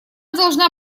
должна